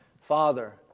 Father